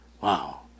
Wow